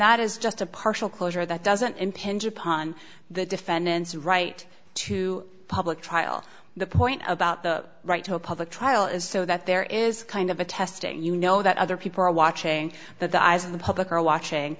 that is just a partial closure that doesn't impinge upon the defendant's right to public trial the point about the right to a public trial is so that there is kind of a testing you know that other people are watching that the eyes of the public are watching